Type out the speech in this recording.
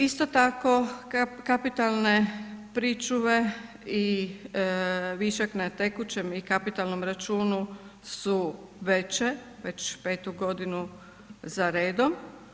Isto tako kapitalne pričuve i višak na tekućem i kapitalnom računu su veće, već 5.-tu godinu za redom.